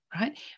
right